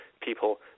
people